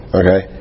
okay